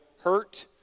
hurt